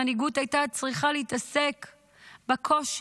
מנהיגות הייתה צריכה לעסוק בקושי,